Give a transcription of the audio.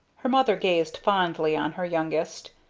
her mother gazed fondly on her youngest.